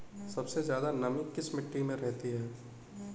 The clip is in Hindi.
सबसे ज्यादा नमी किस मिट्टी में रहती है?